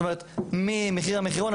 ממחיר המחירון,